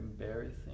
embarrassing